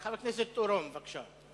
חבר הכנסת אורון, בבקשה.